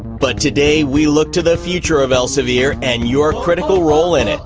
but today we look to the future of elsevier and your critical role in it.